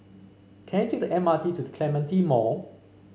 can I take the M R T to The Clementi Mall